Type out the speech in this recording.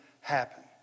happen